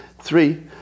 Three